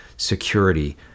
security